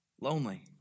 lonely